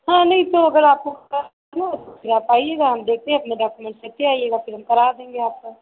हाँ नहीं तो अगर आप फिर आप आइएगा हम देखते हैं अपना डॉक्युमेंट लेते आइएगा फिर हम करा देंगे आपका